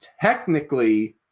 Technically